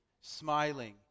smiling